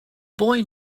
boy